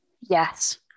yes